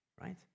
right